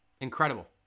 Incredible